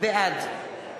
בעד